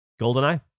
Goldeneye